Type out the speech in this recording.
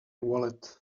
wallet